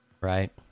Right